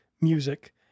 music